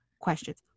questions